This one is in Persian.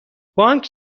بانک